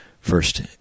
first